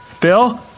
bill